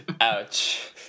Ouch